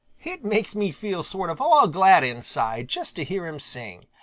it makes me feel sort of all glad inside just to hear him sing.